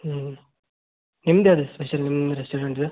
ಹ್ಞೂ ನಿಮ್ದು ಯಾವ್ದು ಸ್ಪೆಷಲ್ ನಿಮ್ಮ ರೆಸ್ಟೋರೆಂಟಿದ್ದು